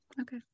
Okay